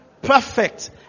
perfect